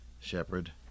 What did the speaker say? shepherd